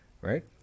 Right